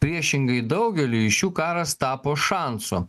priešingai daugeliui iš jų karas tapo šansu